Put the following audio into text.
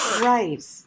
Right